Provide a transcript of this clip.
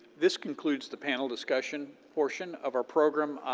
this concludes the panel discussion portion of our program.